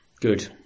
Good